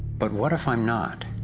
but what if i'm not?